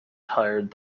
tired